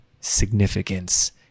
significance